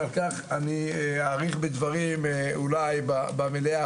ועל כך אני אאריך בדברים אולי במליאה,